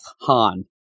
Han